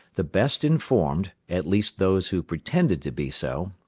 the best informed, at least those who pretended to be so,